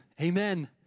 Amen